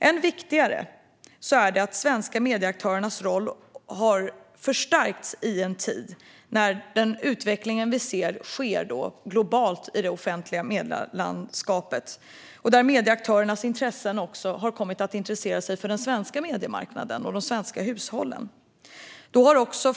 Ännu viktigare är det att stärka de svenska medieaktörernas roll i en tid när globala medieaktörers intresse också har riktats mot den svenska mediemarknaden och de svenska hushållen.